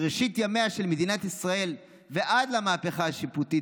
מראשית ימיה של מדינת ישראל ועד למהפכה השיפוטית